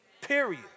period